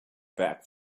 back